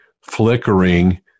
flickering